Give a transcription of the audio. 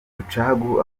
rucagu